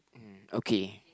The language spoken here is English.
mm okay